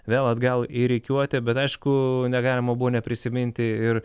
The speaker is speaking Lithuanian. vėl atgal į rikiuotę bet aišku negalima buvo neprisiminti ir